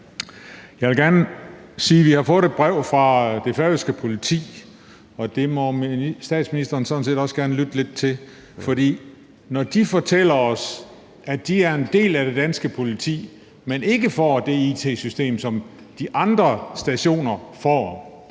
Jeg vil gerne sige, at vi har fået et brev fra det færøske politi, og det må statsministeren sådan set også gerne lytte lidt til, og de fortæller os, at de er en del af det danske politi, men ikke får det it-system, som de andre stationer får.